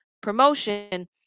promotion